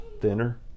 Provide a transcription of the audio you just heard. thinner